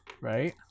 Right